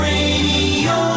Radio